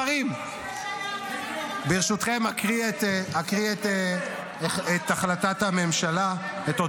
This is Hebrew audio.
ברשותכם, אקריא את הודעת הממשלה.